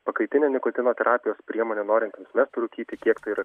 pakaitinė nikotino terapijos priemonė norintiems mesti rūkyti kiek tai yra